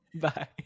Bye